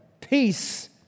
Peace